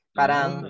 parang